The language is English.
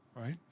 right